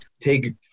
take